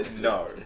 No